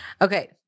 okay